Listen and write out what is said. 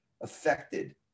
affected